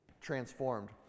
transformed